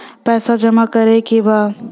पैसा जमा करे के बा?